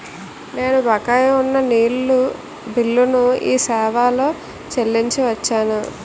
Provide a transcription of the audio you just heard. నేను బకాయి ఉన్న నీళ్ళ బిల్లును ఈ సేవాలో చెల్లించి వచ్చాను